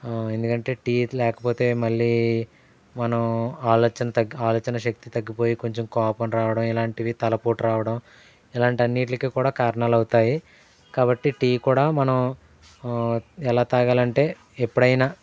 ఎందుకంటే టీ లేకపోతే మళ్ళీ మనం ఆలోచన తగ్గి ఆలోచన శక్తి తగ్గిపోయి కొంచెం కోపం రావడం ఇలాంటివి తలపోటు రావడం ఇలాంటన్నిట్లికి కూడా కారణాలవుతాయి కాబట్టి టీ కూడా మనం ఎలా తాగాలంటే ఎప్పుడైనా